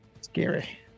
Scary